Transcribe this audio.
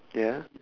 ya